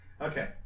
Okay